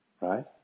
Right